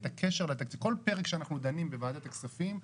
כל פרק שאנחנו דנים בוועדת הכספים,